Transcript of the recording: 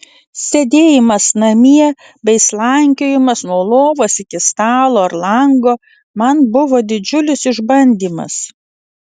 sėdėjimas namie bei slankiojimas nuo lovos iki stalo ar lango man buvo didžiulis išbandymas